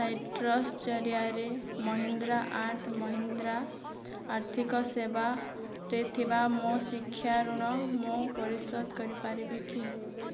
citrus ଜରିଆରେ Mahindra and Mahindra ଆର୍ଥିକ ସେବାରେ ଥିବା ମୋ ଶିକ୍ଷା ଋଣ ମୁଁ ପରିଶୋଧ କରିପାରିବି କି